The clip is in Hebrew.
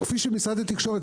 כפי שאת משרד התקשורת,